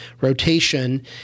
rotation